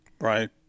Right